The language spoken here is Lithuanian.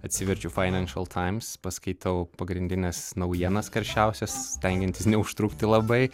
atsiverčiu financial times paskaitau pagrindines naujienas karščiausias stengiantis neužtrukti labai